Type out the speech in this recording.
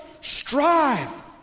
strive